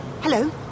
hello